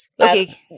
Okay